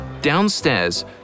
Downstairs